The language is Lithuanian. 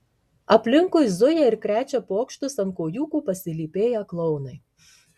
aplinkui zuja ir krečia pokštus ant kojūkų pasilypėję klounai